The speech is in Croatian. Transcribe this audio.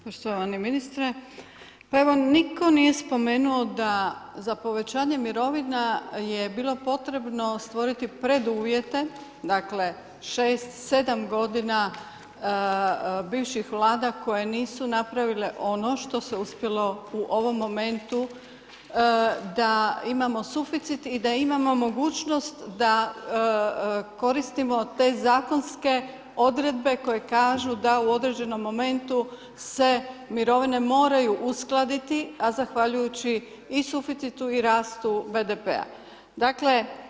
Poštovani ministre, nitko nije spomenuo, da za povećanje mirovina je bilo potrebno stvoriti preduvjete dakle, 6, 7 g. bivših vlada koje nisu napravile ono što se uspjelo u ovom momentu da imamo suficit i da imamo mogućnost da koristimo te zakonske odredbe koje kažu da u određenom momentu se mirovine moraju uskladiti, a zahvaljujući i suficiti i rastu BDP-a.